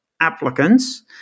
applicants